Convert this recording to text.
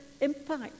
impact